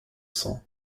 sang